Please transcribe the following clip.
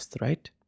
right